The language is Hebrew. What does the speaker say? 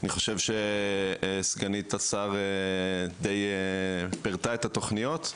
אני חושב שסגנית השר די פירטה את התוכניות.